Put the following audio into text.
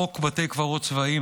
חוק בתי קברות צבאיים,